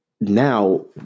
now